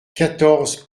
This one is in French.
quatorze